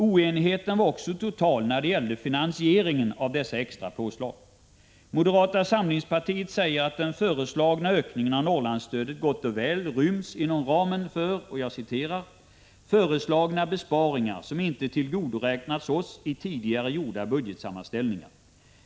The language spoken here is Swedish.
Oenigheten är dessutom total när det gäller finansieringen av dessa extra påslag. Moderata samlingspartiet säger att den föreslagna ökningen av Norrlandsstödet gott och väl ryms inom ramen för ”föreslagna besparingar som inte tillgodoräknats oss i tidigare gjorda budgetsammanställningar.